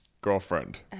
girlfriend